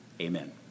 Amen